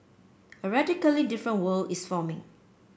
a radically different world is forming